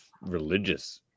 religious